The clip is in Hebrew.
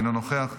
אינו נוכח,